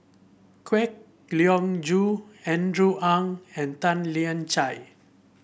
Kwek Leng Joo Andrew Ang and Tan Lian Chye